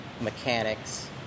mechanics